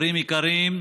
הורים יקרים,